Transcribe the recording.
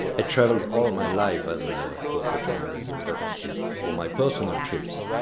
i travelled all my life as a photojournalist, but for my personnal trips,